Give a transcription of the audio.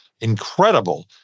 incredible